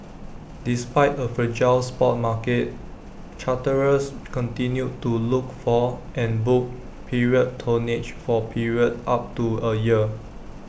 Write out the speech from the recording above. despite A fragile spot market charterers continued to look for and book period tonnage for periods up to A year